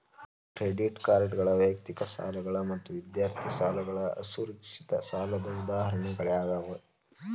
credit ಕಾರ್ಡ್ಗಳ ವೈಯಕ್ತಿಕ ಸಾಲಗಳ ಮತ್ತ ವಿದ್ಯಾರ್ಥಿ ಸಾಲಗಳ ಅಸುರಕ್ಷಿತ ಸಾಲದ್ ಉದಾಹರಣಿಗಳಾಗ್ಯಾವ